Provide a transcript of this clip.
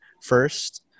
first